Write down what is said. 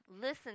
Listen